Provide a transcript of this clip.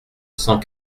cent